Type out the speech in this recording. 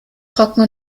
trocken